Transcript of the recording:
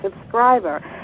subscriber